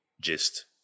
gist